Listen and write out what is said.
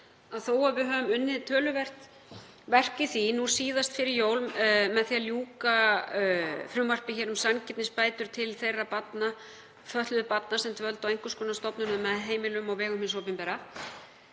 þótt við höfum unnið töluvert verk í því, nú síðast fyrir jól með því að ljúka frumvarpi um sanngirnisbætur til þeirra fötluðu barna sem dvöldu á einhvers konar stofnunum eða heimilum á vegum hins opinbera,